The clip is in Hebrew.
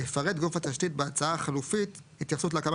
יפרט גוף התשתית בהצעה החלופית התייחסות להקמה